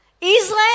Israel